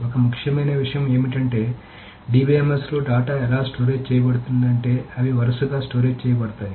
ఒక ముఖ్యమైన విషయం ఏమిటంటే DBMS లో డేటా ఎలా స్టోరేజ్ చేయబడుతుంది అంటే అవి వరుసగా స్టోరేజ్ చేయబడతాయి